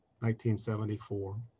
1974